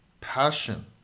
passion